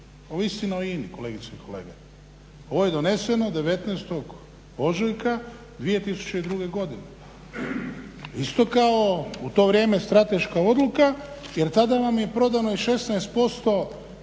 ovo je istina o INA-i kolegice i kolege. Ovo je doneseno 19. ožujka 2002. godine. Isto kao u to vrijeme strateška odluka jer tada vam je prodano 16%